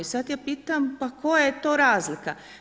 Sada ja pitam pa koja je to razlika.